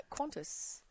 Qantas